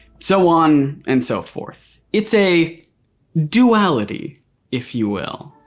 so on and so forth. it's a duality if you will.